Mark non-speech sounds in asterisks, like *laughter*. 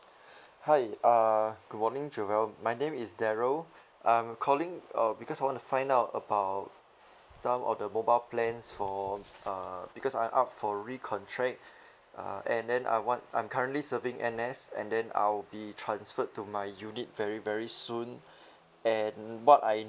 *breath* hi uh good morning jovelle my name is daryl I'm calling uh because I want to find out about s~ some of the mobile plans for uh because I'm up for recontract uh and then I want I'm currently serving N_S and then I'll be transferred to my unit very very soon and what I